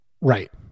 right